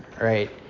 right